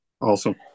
Awesome